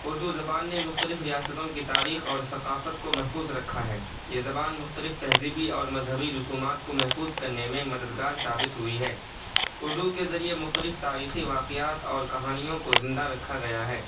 اردو زبان نے مختلف ریاستوں کی تاریخ اور ثقافت کو محفوظ رکھا ہے یہ زبان مختلف تہذیبی اور مذہبی رسومات کو محفوظ کرنے میں مددگار ثابت ہوئی ہے اردو کے ذریعے مختلف تاریخی واقعات اور کہانیوں کو زندہ رکھا گیا ہے